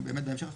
בהמשך החוק.